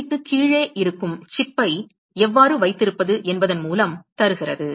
டிக்கு கீழே இருக்கும் சிப்பை எவ்வாறு வைத்திருப்பது என்பதன் மூலம் தருகிறது